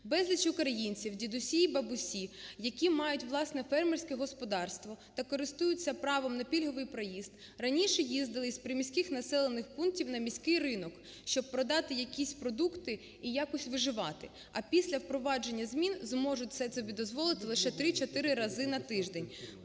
Безліч українців – дідусі і бабусі, які мають власне фермерське господарство та користуються правом на пільговий проїзд, раніше їздили з приміських населених пунктів на міський ринок, щоб продати якісь продукти і якось виживати. А після впровадження змін зможуть це собі дозволити лише 3-4 рази на тиждень,